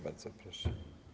Bardzo proszę.